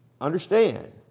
Understand